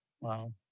Wow